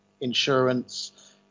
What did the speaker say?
insurance